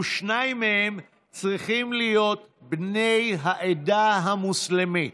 ושניים מהם צריכים להיות בני העדה המוסלמית.